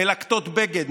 מלקטות בגד,